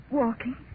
walking